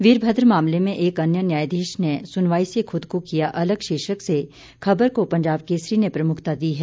वीरभद्र मामले में एक अन्य न्यायाधीश ने सुनवाई से खुद को किया अलग शीर्षक से खबर को पंजाब केसरी ने प्रमुखता दी है